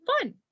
Fun